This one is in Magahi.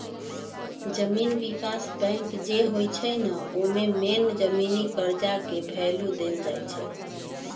जमीन विकास बैंक जे होई छई न ओमे मेन जमीनी कर्जा के भैलु देल जाई छई